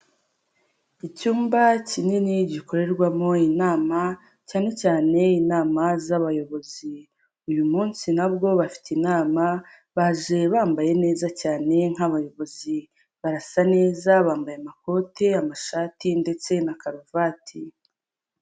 Icyumba kinini gikorerwamo inama cyane cyane inama z'abayobozi, uyu munsi nabwo bafite inama baje bambaye neza cyane nk'abayobozi, barasa neza bambaye amakote amashati ndetse na karuvati.